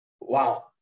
Wow